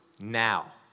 now